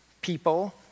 people